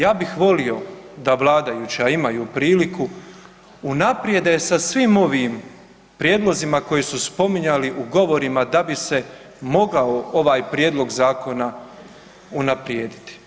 Ja bih volio da vladajuća imaju priliku unaprijede sa svim ovim prijedlozima koje su spominjali u govorima da bi se mogao ovaj prijedlog zakona unaprijediti.